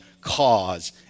cause